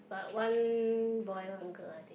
but one boy one girl I think